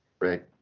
Right